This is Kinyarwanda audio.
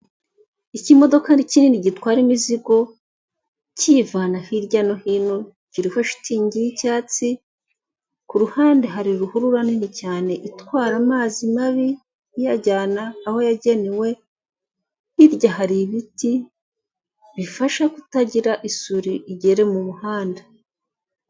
Ikimodoka ari kinini gitwara imizigo kiyivana hirya no hino, kiriho shitingi y'icyatsi, ku ruhande hari uruhurura nini cyane itwara amazi mabi, iyajyana aho yagenewe, hirya hari ibiti bifasha kutagira isuri igere mu muhanda.